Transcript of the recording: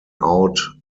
out